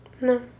No